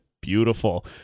Beautiful